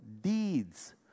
deeds